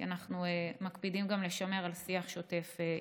כי אנחנו מקפידים גם לשמר שיח שוטף איתם.